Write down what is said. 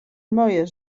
moje